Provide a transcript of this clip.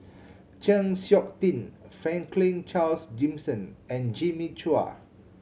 Chng Seok Tin Franklin Charles Gimson and Jimmy Chua